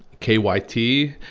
k y t,